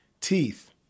Teeth